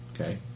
Okay